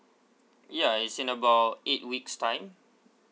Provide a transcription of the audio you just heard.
ya is in about eight weeks time